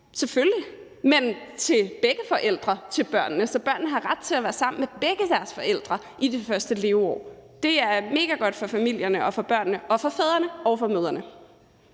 selvfølgelig – og til begge forældre til børnene, så børnene har ret til at være sammen med begge deres forældre i det første leveår. Det er megagodt for familierne og for børnene og for fædrene og mødrene.